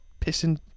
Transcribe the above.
pissing